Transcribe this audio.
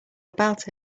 about